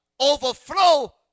overflow